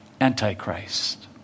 antichrist